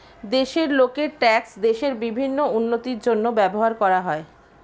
দেশের লোকের ট্যাক্স দেশের বিভিন্ন উন্নতির জন্য ব্যবহার করা হয়